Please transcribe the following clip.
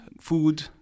food